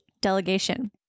Delegation